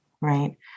Right